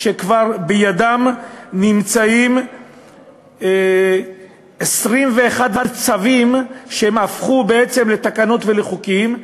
שבידן נמצאים כבר 21 צווים שהפכו בעצם לתקנות ולחוקים,